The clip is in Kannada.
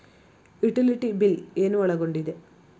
ಯುಟಿಲಿಟಿ ಬಿಲ್ ಏನು ಒಳಗೊಂಡಿದೆ?